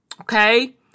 okay